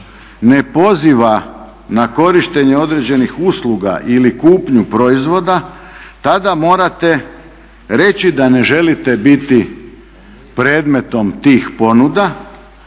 ne poziva na korištenje određenih usluga ili kupnju proizvoda, tada morate reći da ne želite biti predmetom tih ponuda.